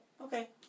okay